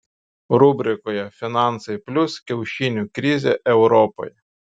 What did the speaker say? rubrikoje finansai plius kiaušinių krizė europoje